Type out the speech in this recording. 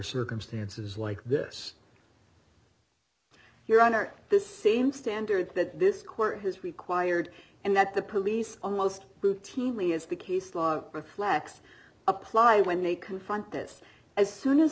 circumstances like this your honor this same standard that this court has required and that the police almost routinely as the case law of flex apply when they confront this as soon as